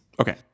okay